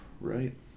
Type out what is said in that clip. right